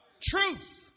Truth